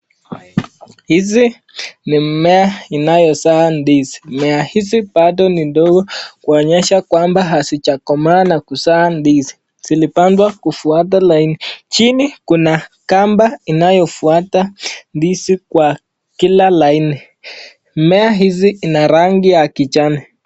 Hizi ni mimea inayozaa ndizi, mimea hizi bado ni ndogo kuonyesha hazijakomaa na kumea ndizi. Zinaweza kufuata laini, chini kuna laini inayofuata ndizi kwa kila laini. Mmea hizi ina rangi ya kijani.